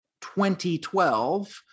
2012